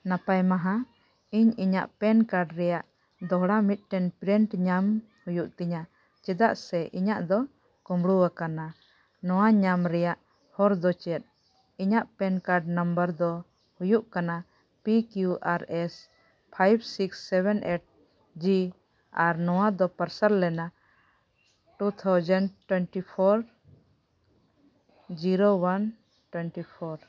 ᱱᱟᱯᱟᱭ ᱢᱟᱦᱟ ᱤᱧ ᱤᱧᱟᱹᱜ ᱯᱮᱱ ᱠᱟᱨᱰ ᱨᱮᱭᱟᱜ ᱫᱚᱦᱲᱟ ᱢᱤᱫᱴᱮᱱ ᱯᱨᱤᱱᱴ ᱧᱟᱢ ᱦᱩᱭᱩᱜ ᱛᱤᱧᱟ ᱪᱮᱫᱟᱜ ᱥᱮ ᱤᱧᱟᱹᱜ ᱫᱚ ᱠᱩᱢᱲᱩ ᱟᱠᱟᱱᱟ ᱱᱚᱣᱟ ᱧᱟᱢ ᱨᱮᱭᱟᱜ ᱦᱚᱨ ᱫᱚ ᱪᱮᱫ ᱤᱧᱟᱹᱜ ᱯᱮᱱ ᱠᱟᱨᱰ ᱱᱚᱢᱵᱚᱨ ᱫᱚ ᱦᱩᱭᱩᱜ ᱠᱟᱱᱟ P Q R S five six seven eight G R ᱱᱚᱣᱟ ᱫᱚ ᱯᱟᱨᱥᱟᱞ ᱞᱮᱱᱟ two thousand twenty four zero one twenty four